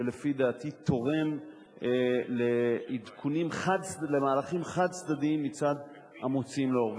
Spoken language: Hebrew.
ולפי דעתי גורם למהלכים חד-צדדיים של המוציאים לאור.